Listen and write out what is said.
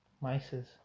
Mice's